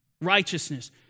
righteousness